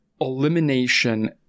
elimination